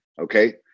okay